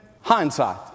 hindsight